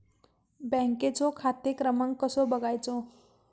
बँकेचो खाते क्रमांक कसो बगायचो?